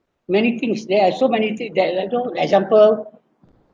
many things there are so many things that let all example